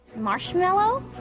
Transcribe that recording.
marshmallow